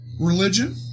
religion